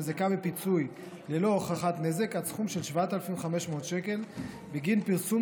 המזכה בפיצוי ללא הוכחת נזק עד סכום של 7,500 שקלים בגין פרסום